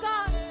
God